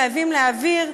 חייבים להעביר,